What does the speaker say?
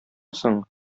соң